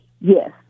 Yes